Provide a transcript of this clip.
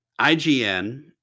IGN